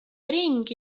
ringi